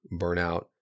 Burnout